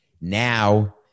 Now